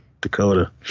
Dakota